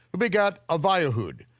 who begat abihud,